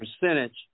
percentage